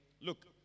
look